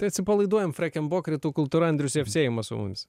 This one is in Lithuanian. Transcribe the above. tai atsipalaiduojam freken bok rytų kultūra andrius jevsejevas su mumis